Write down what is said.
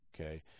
okay